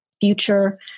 future